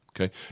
okay